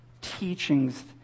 teachings